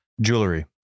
jewelry